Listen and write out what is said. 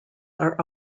are